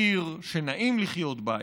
עיר שנעים לחיות בה,